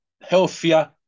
healthier